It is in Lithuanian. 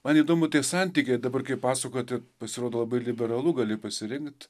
man įdomu tie santykiai dabar kai pasakojote pasirodo labai liberalu gali pasirinkt